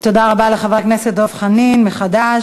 תודה רבה לחבר הכנסת דב חנין מחד"ש.